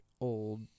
old